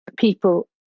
people